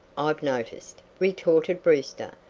i've noticed, retorted brewster,